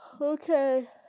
Okay